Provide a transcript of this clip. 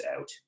out